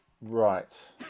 Right